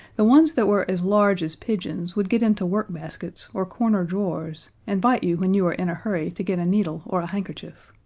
the ones that were as large as pigeons would get into workbaskets or corner drawers and bite you when you were in a hurry to get a needle or a handkerchief.